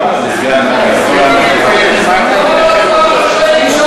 הודעה לסגן המזכירה.